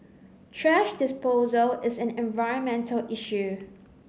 thrash disposal is an environmental issue